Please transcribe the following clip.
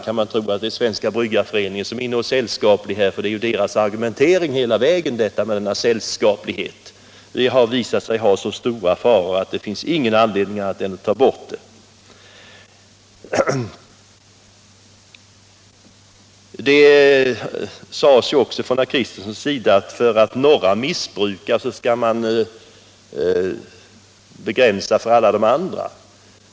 Men nu är det ju faktiskt Bryggareföreningen som har fört fram argumentet om all denna sällskaplighet. Mellanölet har visat sig innebära så stora faror att det finns ingenting annat att göra än att ta bort det. Herr Kristenson sade vidare att för att några missbrukar skall man nu införa begränsningar för alla de andra.